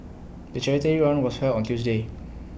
the charity run was held on A Tuesday